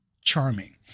charming